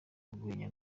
urwenya